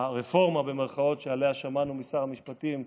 ה"רפורמה", במירכאות, שעליה שמענו משר המשפטים,